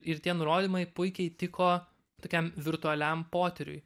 ir tie nurodymai puikiai tiko tokiam virtualiam potyriui